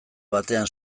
batean